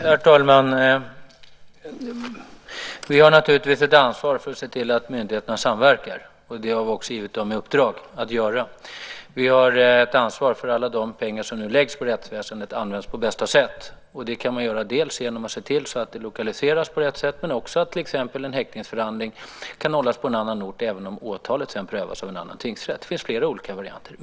Herr talman! Vi har naturligtvis ett ansvar för att se till att myndigheterna samverkar. Det har vi också givit dem i uppdrag. Vi har ett ansvar för att alla de pengar som nu läggs på rättsväsendet används på bästa sätt. Det kan man göra genom att se till att det lokaliseras på rätt sätt men också genom att till exempel en häktningsförhandling kan hållas på en annan ort även om åtalet sedan prövas av en annan tingsrätt. Det finns flera olika varianter.